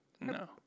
No